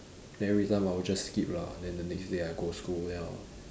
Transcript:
then every time I will just skip lah then the next day I go school then I'll